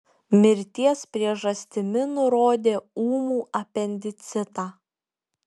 mirties priežastimi nurodė ūmų apendicitą